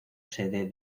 sede